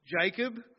Jacob